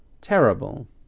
terrible